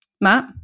Matt